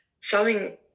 selling